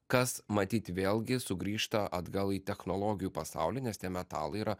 kas matyt vėlgi sugrįžta atgal į technologijų pasaulį nes tie metalai yra